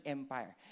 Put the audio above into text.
Empire